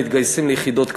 מתגייסים ליחידות קרביות.